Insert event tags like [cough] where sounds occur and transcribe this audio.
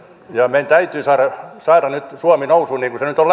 meidän täytyy saada saada nyt suomi nousuun niin kuin [unintelligible]